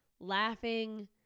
laughing